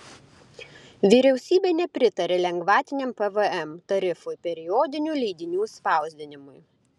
vyriausybė nepritarė lengvatiniam pvm tarifui periodinių leidinių spausdinimui